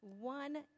one